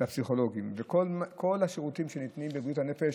והפסיכולוגים וכל השירותים שניתנים בבריאות הנפש